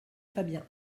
fabien